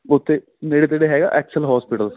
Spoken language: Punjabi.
ਉੱਥੇ ਨੇੜੇ ਤੇੜੇ ਹੈਗਾ ਐਕਸਲ ਹੋਸਪੀਟਲ